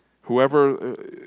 Whoever